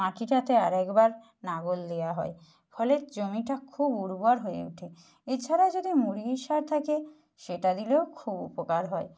মাটিটাতে আরেকবার লাঙল দেওয়া হয় ফলে জমিটা খুব উর্বর হয়ে ওঠে এছাড়া যদি মুরগির সার থাকে সেটা দিলেও খুব উপকার হয়